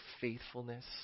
faithfulness